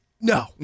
No